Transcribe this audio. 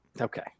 Okay